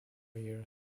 year